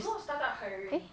eh